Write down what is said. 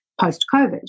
post-COVID